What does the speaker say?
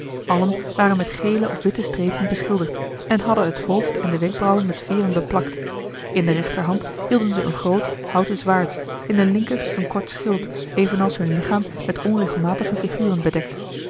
allen waren met gele of witte strepen beschilderd en hadden het hoofd en de wenkbrauwen met veeren beplakt in de rechterhand hielden ze een groot houten zwaard in de linker een kort schild evenals hun lichaam met onregelmatige figuren bedekt